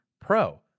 Pro